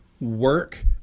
work